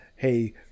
hey